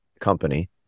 company